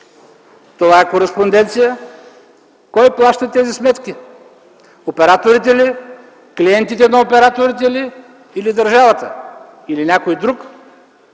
това е кореспонденция. Кой плаща тези сметки? Операторите ли, клиентите на операторите ли или държавата, или някой друг?